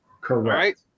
correct